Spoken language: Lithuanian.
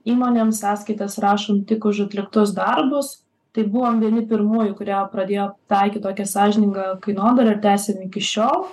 įmonėms sąskaitas rašom tik už atliktus darbus tai buvom vieni pirmųjų kurie pradėjo taikyt tokią sąžiningą kainodarą ir tęsiam iki šiol